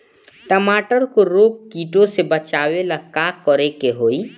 टमाटर को रोग कीटो से बचावेला का करेके होई?